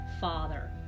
father